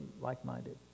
like-minded